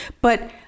But-